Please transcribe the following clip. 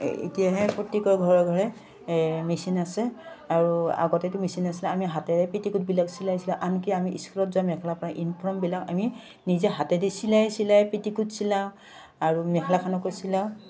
এতিয়াহে প্ৰত্যেকৰ ঘৰে ঘৰে মেচিন আছে আৰু আগতেতো মেচিন নাছিলে আমি হাতেৰে পেটিকোটবিলাক চিলাইছিলোঁ আনকি আমি স্কুলত যোৱা মেখেলা পৰা ইউনিফৰ্মবিলাক আমি নিজে হাতেদি চিলাই চিলাই পেটিকোট চিলাওঁ আৰু মেখেলাখনকো চিলাওঁ